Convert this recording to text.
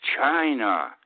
China